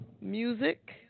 music